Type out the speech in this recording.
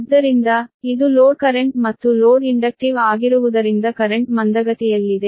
ಆದ್ದರಿಂದ ಇದು load current ಮತ್ತು ಲೋಡ್ ಇಂಡಕ್ಟಿವ್ ಆಗಿರುವುದರಿಂದ ಕರೆಂಟ್ ಮಂದಗತಿಯಲ್ಲಿದೆ